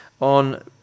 on